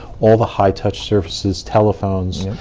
all the high-touched surfaces telephones,